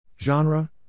Genre